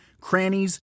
crannies